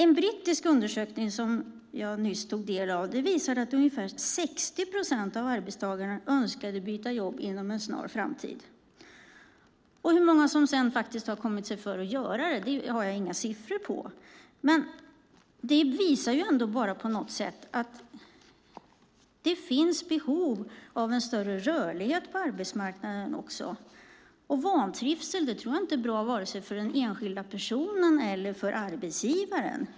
En brittisk undersökning som jag nyss tog del av visar att ungefär 60 procent av arbetstagarna önskar byta jobb inom en snar framtid. Hur många som sedan har kommit sig för att göra det har jag inga siffror på. Det visar ändå att det finns behov av en större rörlighet på arbetsmarknaden. Vantrivsel tror jag inte är bra för vare sig den enskilda personen eller arbetsgivaren.